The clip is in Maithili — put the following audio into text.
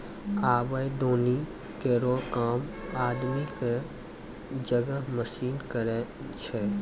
आबे दौनी केरो काम आदमी क जगह मसीन करै छै